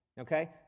okay